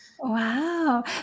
Wow